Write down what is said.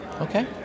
Okay